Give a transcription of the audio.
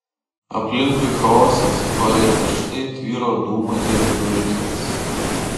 aplinkui chaosas ore tirštai tvyro dūmai ir dulkės